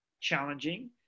challenging